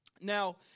Now